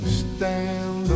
stand